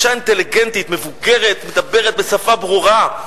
זו אשה אינטליגנטית, מבוגרת, מדברת בשפה ברורה.